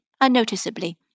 unnoticeably